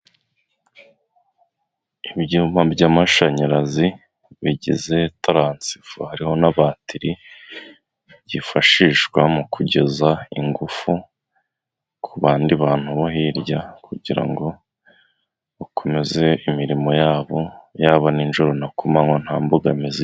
Ibyuma by'amashanyarazi bigize na taransifo. Hariho na batiri, byifashishwa mu kugeza ingufu ku bandi bantu bo hirya, kugira ngo bakomeze imirimo yabo nijoro no ku manywa nta mbogamizi.